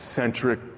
centric